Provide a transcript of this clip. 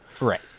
Right